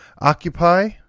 occupy